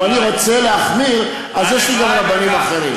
אם אני רוצה להחמיר, יש לי גם רבנים אחרים.